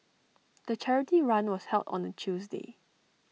the charity run was held on A Tuesday